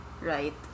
right